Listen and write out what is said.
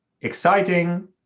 exciting